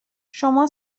شما